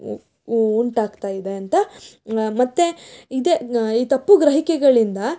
ಉ ಉ ಉಂಟಾಗ್ತಾ ಇದೆ ಅಂತ ಮತ್ತು ಇದೇ ಈ ತಪ್ಪು ಗ್ರಹಿಕೆಗಳಿಂದ